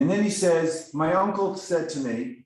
‫ואז הוא אומר, ‫דוד שלי אמר לי...